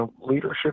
leadership